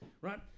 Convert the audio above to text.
Right